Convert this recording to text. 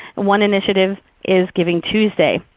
one initiative is giving tuesday,